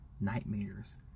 nightmares